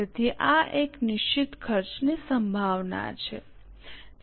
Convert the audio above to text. તેથી આ એક નિશ્ચિત ખર્ચની સંભાવના છે